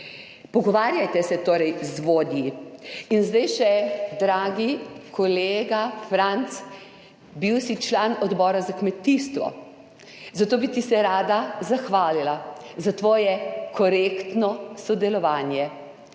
Pogovarjajte se torej z vodji. In zdaj še dragi kolega Franc, bil si član Odbora za kmetijstvo, zato bi ti se rada zahvalila za tvoje korektno sodelovanje.